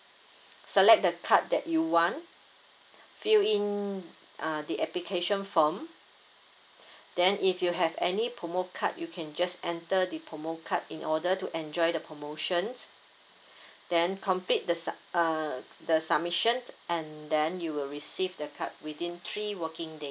select the card that you want fill in uh the application form then if you have any promo card you can just enter the promo card in order to enjoy the promotions then complete the sub~ uh the submission and then you will receive the card within three working days